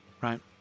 right